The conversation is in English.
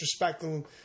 disrespecting